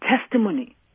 testimony